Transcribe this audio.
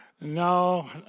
No